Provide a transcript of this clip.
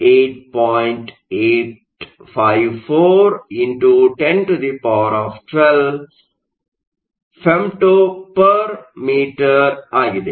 854 x 10 12 F m 1 ಆಗಿದೆ